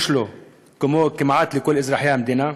יש לו כמעט כמו לכל אזרחי המדינה?